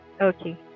okay